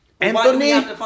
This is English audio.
Anthony